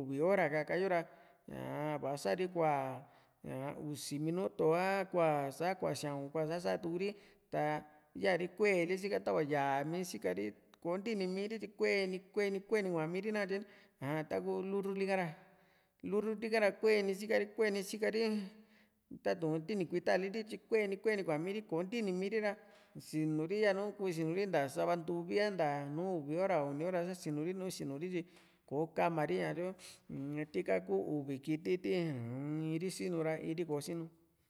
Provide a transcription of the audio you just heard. uvi hora kaka yo ra sa´ri kua ña usi minuto a kua´sa kua sia´un kusa satuku ri ta ya ri kueeli sika tava yaa mi sikari kontini miri tyi kueni kueni kueni kua´mi ri na katye ni aja taku lurruli ka lurruli hará kueni kueni sika ri tatu´n tini kuita lityi kueni kueni kua´miri koo ntinimi ri ra sinu ri yanu sinu ri nta sava ntuvi a nta nùù uvi hora uni hora ra sinuri nùù sinuri tyi ko ka´mari a tyo tika kuu uvi kiti ti uun in ri sinura in ri kosinu